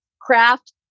craft